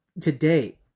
today